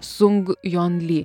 sung jon lee